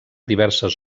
diverses